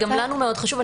גם לנו זה מאוד חשוב.